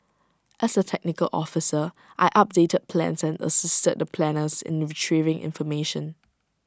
as A technical officer I updated plans and assisted the planners in retrieving information